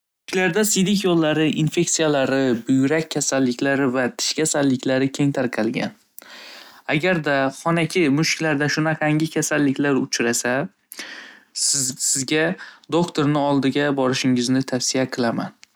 siydik yo'llari infeksiyalari, buyrak kasalliklari va tish kasalliklari keng tarqalgan. Agarda xanaki mushuklarda shunaqangi kasaliklar uchrasa siz-sizga do'ktirni oldiga borishingizni tavsiya qilaman.